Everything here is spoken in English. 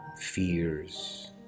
fears